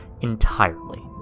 entirely